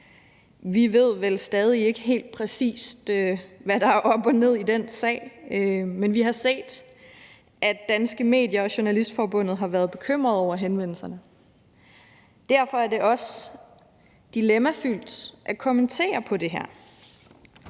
Vi ved vel stadig ikke, præcis hvad der er op og ned i den sag, men vi har set, at Danske Medier og Journalistforbundet har været bekymret over henvendelserne. Derfor er det også dilemmafyldt at kommentere på det her.